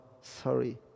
sorry